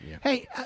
Hey